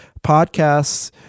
podcasts